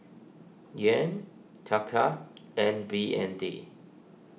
Yen Taka and B N D